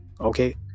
okay